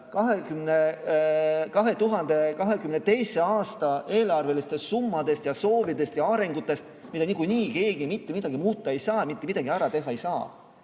2022. aasta eelarvelistest summadest ja soovidest ja arengutest, mille puhul niikuinii keegi mitte midagi muuta ei saa, mitte midagi ära teha ei saa.